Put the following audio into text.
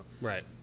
Right